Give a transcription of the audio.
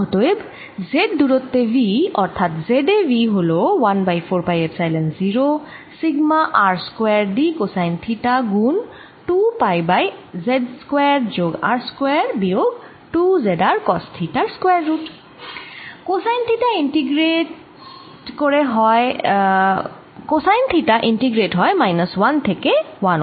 অতএব z দূরত্বে V অর্থাৎ z এ V হল 1 by 4 pi epsilon 0 sigma R square d cosine theta গুণ 2 পাই বাই z স্কয়ার যোগ R স্কয়ার বিয়োগ 2 z R কস থিটার square root cosine theta integrate হয় মাইনাস 1 থেকে 1